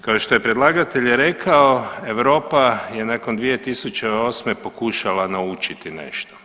Kao što je predlagatelj rekao Europa je nakon 2008. pokušala naučiti nešto.